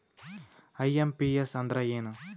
IMPS ಅಂದ್ರ ಏನು?